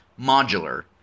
modular